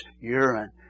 urine